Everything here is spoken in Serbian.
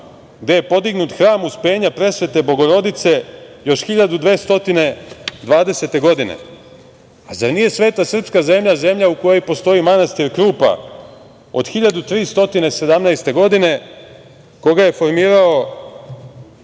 gde je podignut hram Uspenja Presvete Bogorodice još 1220. godine? Zar nije sveta srpska zemlja u kojoj postoji manastir Krupa od 1317. godine, koga je formirao